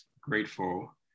grateful